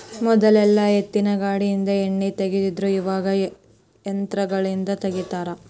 ಮೊದಲೆಲ್ಲಾ ಎತ್ತಿನಗಾನದಿಂದ ಎಣ್ಣಿ ತಗಿತಿದ್ರು ಇವಾಗ ಯಂತ್ರಗಳಿಂದ ತಗಿತಾರ